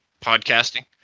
podcasting